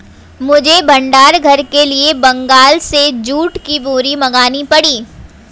मुझे भंडार घर के लिए बंगाल से जूट की बोरी मंगानी पड़ी